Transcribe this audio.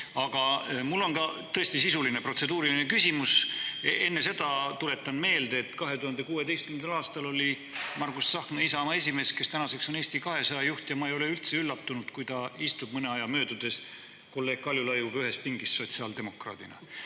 Aga mul on tõesti sisuline protseduuriline küsimus. Enne seda tuletan meelde, et 2016. aastal oli Margus Tsahkna Isamaa esimees, kes tänaseks on Eesti 200 juht, ja ma ei ole üldse üllatunud, kui ta istub mõne aja möödudes kolleeg Kaljulaiuga ühes pingis sotsiaaldemokraadina. Aga